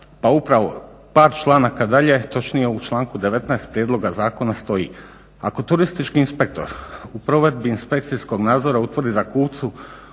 Pa upravo par članaka dalje točnije u članku 19. prijedloga zakona stoji: "Ako turistički inspektor u provedbi inspekcijskog nadzora utvrdi da kupcu